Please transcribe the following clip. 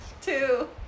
Two